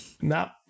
No